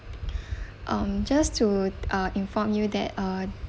um just to uh inform you that uh